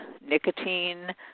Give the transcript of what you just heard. nicotine